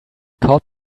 caught